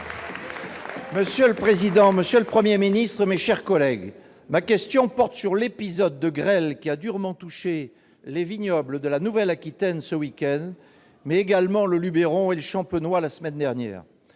Monsieur le président, monsieur le Premier ministre, mes chers collègues, ma question porte sur l'épisode de grêle qui a durement touché les vignobles de la Nouvelle-Aquitaine ce week-end, mais également le Lubéron et le Champenois la semaine dernière.